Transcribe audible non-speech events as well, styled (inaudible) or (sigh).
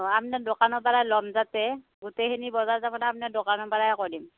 অঁ আপোনাৰ দোকানৰ পৰাই ল'ম যাতে গোটেইখিনি বজাৰ তাৰমানে (unintelligible) আপোনাৰ দোকানৰ পৰাই কৰিম